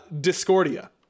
Discordia